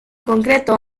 concreto